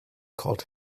called